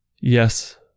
Yes